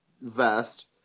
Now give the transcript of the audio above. vest